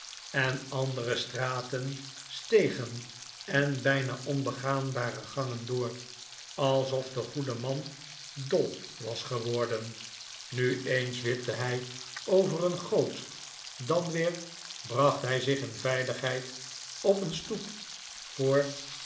en andere straten stegen en bijna onbegaanbare gangen door alsof de goede man dol was geworden nu eens wipte hij over een gqot dan weer bracht hij zich in veiligheid op een stoep voor